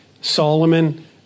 Solomon